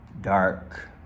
dark